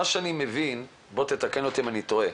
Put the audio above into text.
אני מבין ותתקן אותי אם אני טועה